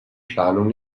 planung